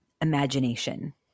imagination